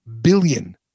billion